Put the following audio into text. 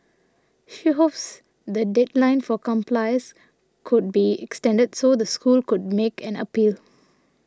she hopes the deadline for compliance could be extended so the school could make an appeal